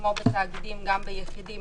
כמו בתאגידים גם ביחידים,